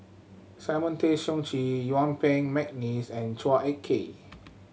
Simon Tay Seong Chee Yuen Peng McNeice and Chua Ek Kay